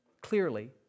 clearly